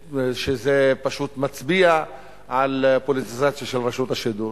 פשוט מצביע על פוליטיזציה של רשות השידור.